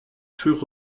furent